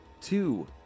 two